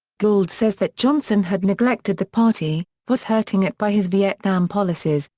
gould says that johnson had neglected the party, was hurting it by his vietnam policies,